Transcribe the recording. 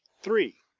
three.